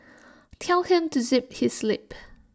tell him to zip his lip